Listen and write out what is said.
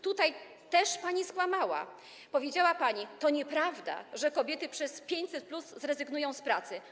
Tutaj też pani skłamała, bo powiedziała pani: To nieprawda, że kobiety przez program 500+ zrezygnują z pracy.